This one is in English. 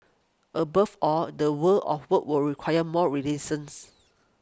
above all the world of work will require more resilience